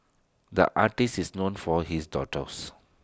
the artist is known for his doodles